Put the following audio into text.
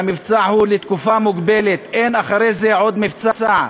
המבצע הוא לתקופה מוגבלת, אין אחרי זה עוד מבצע.